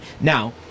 Now